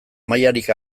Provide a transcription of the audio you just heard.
mailarik